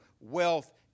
wealth